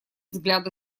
взгляды